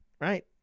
Right